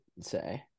say